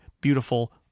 beautiful